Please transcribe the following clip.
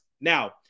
Now